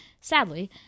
sadly